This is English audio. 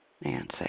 Nancy